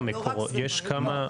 אני אומר עוד פעם, יש כמה מקורות.